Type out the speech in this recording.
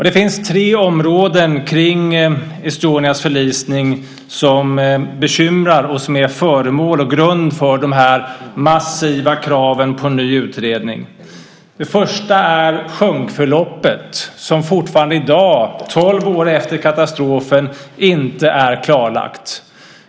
Det finns tre områden kring Estonias förlisning som bekymrar och som är föremål och grund för de här massiva kraven på en ny utredning. Det första är sjunkförloppet, som fortfarande i dag, tolv år efter katastrofen, inte är klarlagt.